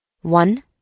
One